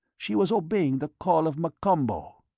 she was obeying the call of m'kombo!